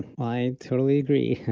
i totally agree.